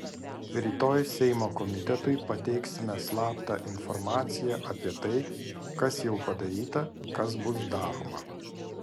rytoj seimo komitetui pateiksime slaptą informaciją apie tai kas jau padaryta kas bus daroma